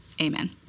amen